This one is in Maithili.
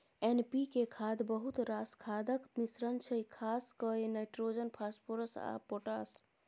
एन.पी.के खाद बहुत रास खादक मिश्रण छै खास कए नाइट्रोजन, फास्फोरस आ पोटाश